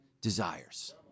desires